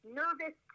nervous